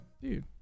Dude